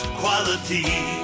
quality